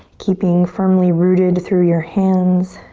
keeping firmly rooted through your hands